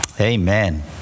Amen